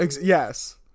Yes